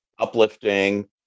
uplifting